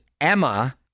Emma